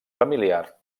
familiar